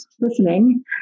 listening